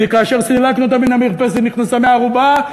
וכאשר סילקנו אותה מהמרפסת היא נכנסה מהארובה,